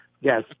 yes